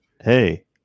hey